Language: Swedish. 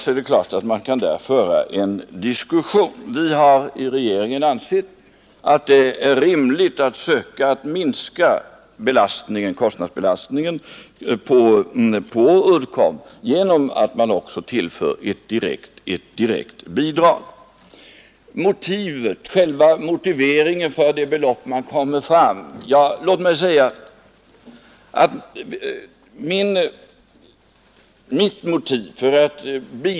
Det är klart att man kan föra en diskussion om de 6 miljonerna. Regeringen har ansett att det är rimligt att söka minska kostnadsbelastningen på Uddcomb genom att också tillföra ett direkt bidrag. Beträffande motiveringen för beloppet 6 miljoner kronor vill jag säga följande.